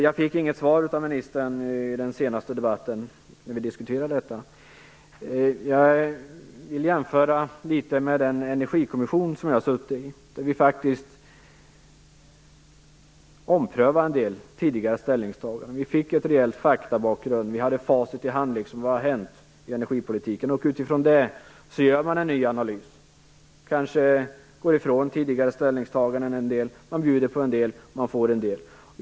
Jag fick inte något svar av ministern i den debatt då vi senast diskuterade detta. Jag vill jämföra litet med den energikommission som jag suttit i, där vi faktiskt omprövade en del tidigare ställningstaganden. Vi fick en rejäl faktabakgrund. Vi hade facit i hand och kunde se vad som hade hänt i energipolitiken. Utifrån det görs nu en ny analys. Kanske går man ifrån tidigare ställningstaganden. Man bjuder på en del, man får en del.